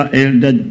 elder